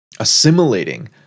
assimilating